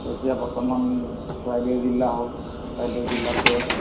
এতিয়া বৰ্তমান চৰাইদেউ জিলা হ'ল চৰাইদেউ জিলাত পৰে